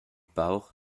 bauch